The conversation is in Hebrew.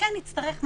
שכן יצטרך הפעם,